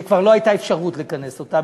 כשכבר לא הייתה אפשרות לכנס אותה,